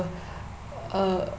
err